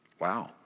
Wow